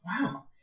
wow